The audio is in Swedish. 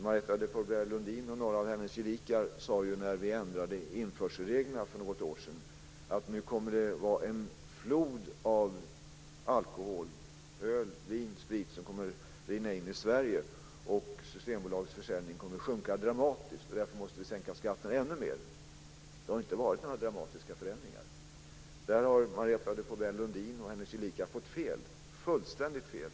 När vi ändrade införselreglerna för ett något år sedan sade Marietta de Pourbaix-Lundin och några av hennes gelikar att det skulle rinna in en flod av alkohol - öl, vin och sprit - i Sverige, att Systembolagets försäljning skulle sjunka dramatiskt och att vi därför borde sänka skatterna ännu mer. Det har inte skett några dramatiska förändringar. Där har Marietta de Pourbaix-Lundin och hennes gelikar fått fullständigt fel.